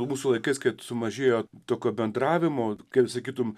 mūsų laikais kad sumažėjo tokio bendravimo kaip sakytum